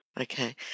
Okay